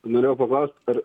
norėjau paklaust ar